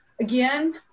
Again